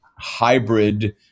hybrid